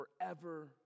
forever